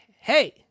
hey